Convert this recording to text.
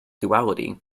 duality